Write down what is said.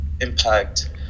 impact